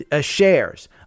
shares